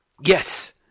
Yes